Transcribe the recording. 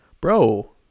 bro